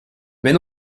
mais